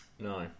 No